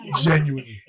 Genuinely